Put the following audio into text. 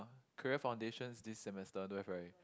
career foundation this semester don't have right